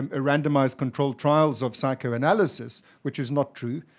and randomized controlled trials of psychoanalysis, which is not true.